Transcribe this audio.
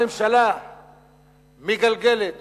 הממשלה מגלגלת